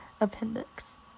appendix